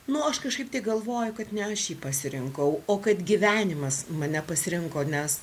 nu aš kažkaip tai galvoju kad ne aš jį pasirinkau o kad gyvenimas mane pasirinko nes